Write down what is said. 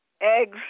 eggs